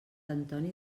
antoni